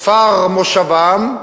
בכפר מושבם,